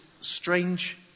strange